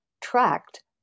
tracked